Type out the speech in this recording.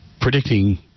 predicting